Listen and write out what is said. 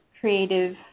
creative